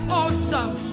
awesome